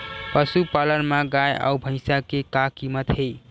पशुपालन मा गाय अउ भंइसा के का कीमत हे?